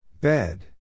Bed